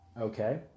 Okay